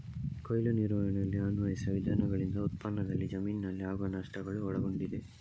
ಕೊಯ್ಲು ನಿರ್ವಹಣೆಯಲ್ಲಿ ಅನ್ವಯಿಸುವ ವಿಧಾನಗಳಿಂದ ಉತ್ಪನ್ನದಲ್ಲಿ ಜಮೀನಿನಲ್ಲಿ ಆಗುವ ನಷ್ಟಗಳು ಒಳಗೊಂಡಿದೆ